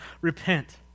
Repent